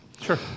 Sure